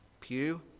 pew